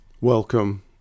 Welcome